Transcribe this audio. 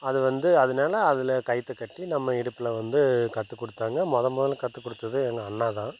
அது வந்து அதனால் அதில் கயிற்ற கட்டி நம்ம இடுப்பில் வந்து கற்றுக் கொடுத்தாங்க முத முதல்ல கத்துக் கொடுத்தது எங்கள் அண்ணா தான்